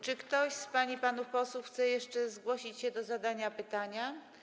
Czy ktoś z pań i panów posłów chce jeszcze zgłosić się do zadania pytania?